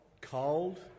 Cold